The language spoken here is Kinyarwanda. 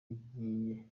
igiye